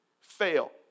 fail